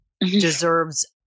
deserves